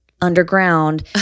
underground